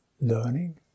learning